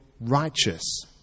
righteous